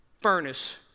furnace